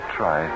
try